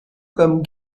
comme